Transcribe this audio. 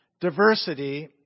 diversity